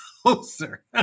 Closer